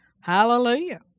Hallelujah